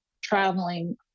traveling